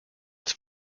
its